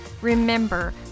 Remember